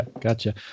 gotcha